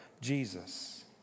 Jesus